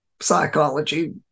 psychology